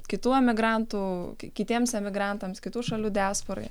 kitų emigrantų kitiems emigrantams kitų šalių diasporai